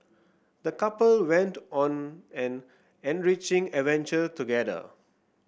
the couple went on an enriching adventure together